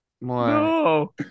no